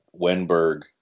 Wenberg